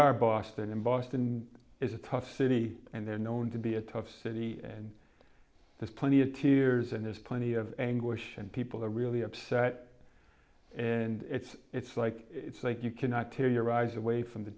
are boston in boston is a tough city and they're known to be a tough city and there's plenty of tears and there's plenty of anguish and people are really upset and it's it's like it's like you cannot tear your eyes away from the